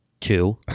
two